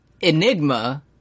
Enigma